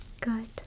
Good